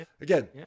again